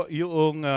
yung